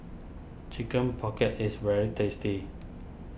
Chicken Pocket is very tasty